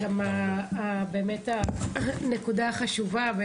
הנקודה החשובה,